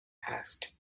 asked